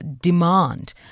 demand